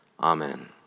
Amen